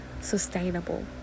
sustainable